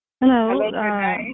hello